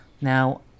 Now